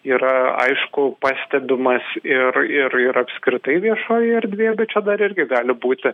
yra aišku pastebimas ir ir ir apskritai viešojoj erdvėje bet čia dar irgi gali būti